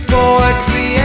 Poetry